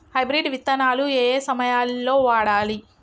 Hybrid విత్తనాలు ఏయే సమయాల్లో వాడాలి?